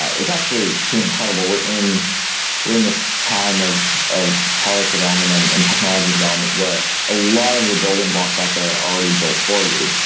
it's actually pretty incredible. we're in we're in this time of of product development and and technology development where a lot of the building blocks out there are already built for you,